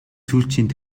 сүүлчийн